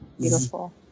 beautiful